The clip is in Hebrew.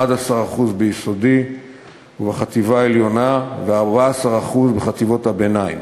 11% ביסודי ובחטיבה העליונה ו-14% בחטיבות הביניים,